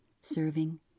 serving